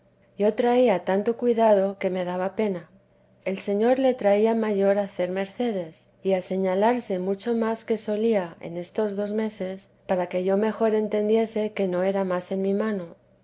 yo traía tanto cuidado que me daba pena el señor le traía mayor a hacer mercedes y a señalarse mucho más que solía en estos dos meses para que yo mejor entendiese que no era más en mi mano